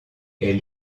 est